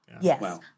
yes